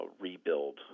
rebuild